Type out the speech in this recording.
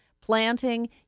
Planting